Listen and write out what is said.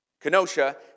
Kenosha